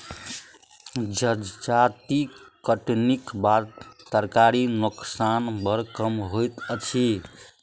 जजाति कटनीक बाद तरकारीक नोकसान बड़ कम होइत अछि